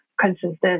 consistent